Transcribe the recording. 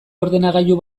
ordenagailu